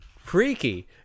freaky